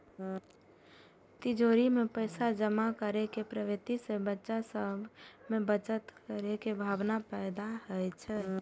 तिजौरी मे पैसा जमा करै के प्रवृत्ति सं बच्चा सभ मे बचत केर भावना पैदा होइ छै